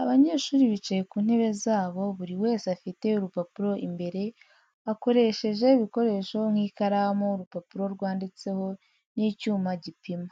Abanyeshuri bicaye ku ntebe zabo, buri wese afite urupapuro imbere, akoresheje ibikoresho nk’ikaramu, urupapuro rwanditseho n’icyuma gipima.